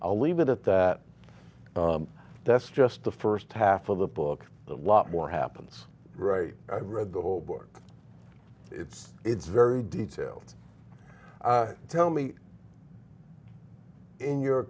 i'll leave it at that that's just the st half of the book a lot more happens right i read the whole book it's it's very detailed tell me in your